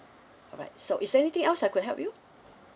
alright so is there anything else I could help you